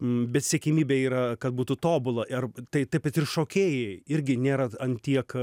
bet siekiamybė yra kad būtų tobula ir tai taip pat ir šokėjai irgi nėra ant tiek